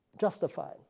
justified